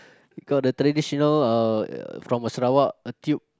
he got the traditional uh from a Sarawak tube